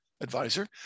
advisor